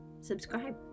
subscribe